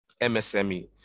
MSME